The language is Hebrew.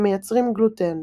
הם מייצרים גלוטן.